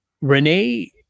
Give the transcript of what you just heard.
Renee